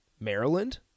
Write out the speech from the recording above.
Maryland